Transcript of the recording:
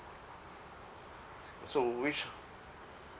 so which